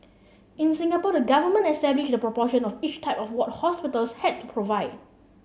in Singapore the government established the proportion of each type of ward hospitals had to provide